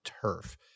turf